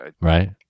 Right